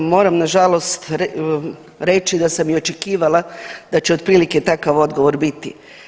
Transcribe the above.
Moram na žalost reći da sam i očekivala da će otprilike takav odgovor biti.